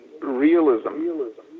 realism